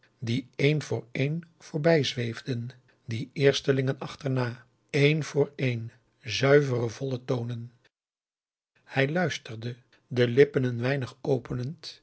die éen voor éen voorbijzweefden die eerstelingen achterna éen voor éen zuivere volle tonen hij luisterde de lippen een weinig openend